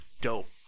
Dope